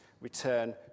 return